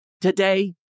today